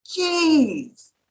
Jeez